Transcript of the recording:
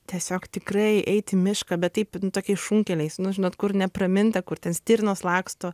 tiesiog tikrai eit į mišką bet taip tokiais šunkeliais nu žinot kur nepraminta kur ten stirnos laksto